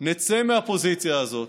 נצא מהפוזיציה הזאת,